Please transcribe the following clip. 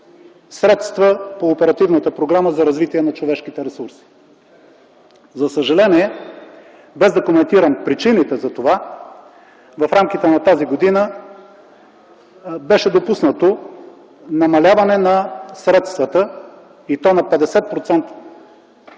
Оперативната програма „Развитие на човешките ресурси”. За съжаление, без да коментирам причините за това, в рамките на тази година беше допуснато намаляване на средствата, и то на 50%